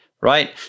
Right